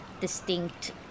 distinct